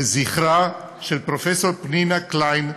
לזכרה של פרופ' פנינה קליין,